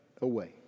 away